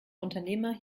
unternehmer